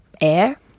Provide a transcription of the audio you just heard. air